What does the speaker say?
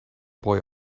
boy